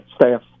staff